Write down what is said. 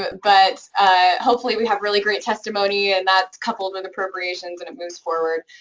but hopefully we have really great testimony and that's coupled with appropriations and it moves forward.